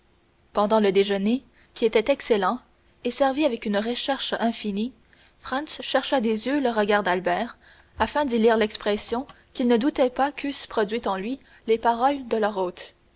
pendant le déjeuner qui était excellent et servi avec une recherche infinie franz chercha des yeux le regard d'albert afin d'y lire l'impression qu'il ne doutait pas qu'eussent produite en lui les paroles de leur hôte